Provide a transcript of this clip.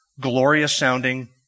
glorious-sounding